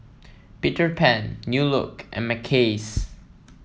Peter Pan New Look and Mackays